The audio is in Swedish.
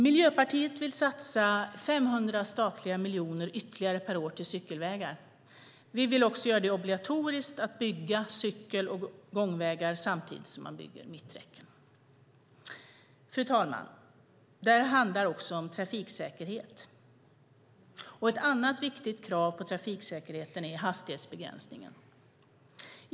Miljöpartiet vill satsa 500 statliga miljoner ytterligare per år på cykelvägar. Vi vill också göra det obligatoriskt att bygga cykel och gångvägar samtidigt som man bygger mitträcken. Fru talman! Det här handlar också om trafiksäkerhet. Ett annat viktigt krav för trafiksäkerhet är hastighetsbegränsning.